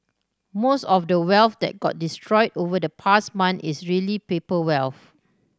most of the wealth that got destroyed over the past month is really paper wealth